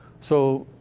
so,